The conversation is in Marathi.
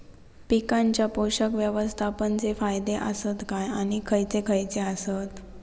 पीकांच्या पोषक व्यवस्थापन चे फायदे आसत काय आणि खैयचे खैयचे आसत?